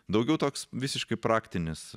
daugiau toks visiškai praktinis